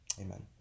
Amen